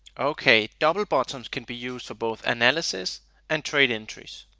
ok. double bottoms can be used for both analysis and trade entries.